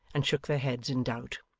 and shook their heads in doubt.